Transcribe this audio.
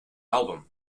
album